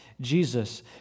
Jesus